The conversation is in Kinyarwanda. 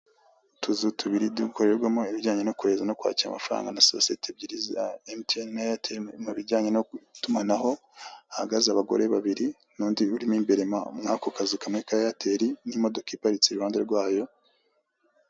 Utuzu tubiri dukorerwamo ibijyanye no kwoheza no kwakira amafaranga na sosiyete ebyiri za MTN na airtel mu bijyanye no gutumanaho, hahagaze abagore babiri n'undi uri mu imbere mwako kazu kamwe ka airtel n'imodoka iparitse iruhande rwayo.